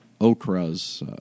Okra's